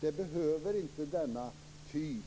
De behöver inte den typ